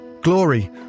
glory